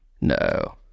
No